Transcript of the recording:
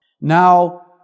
Now